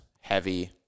heavy